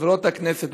חברות הכנסת,